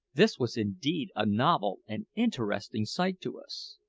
this was indeed a novel and interesting sight to us.